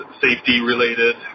safety-related